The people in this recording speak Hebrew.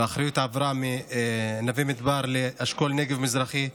והאחריות עברה מנווה מדבר לאשכול נגב מזרחי.